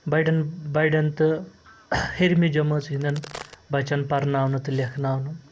بَڑٮ۪ن بَڑٮ۪ن تہٕ ہیٚرمہِ جمٲژ ہٕنٛدٮ۪ن بَچَن پَرناونہٕ تہٕ لیکھناونہٕ